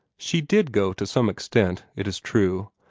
she did go to some extent, it is true,